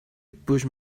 push